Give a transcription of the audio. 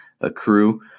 accrue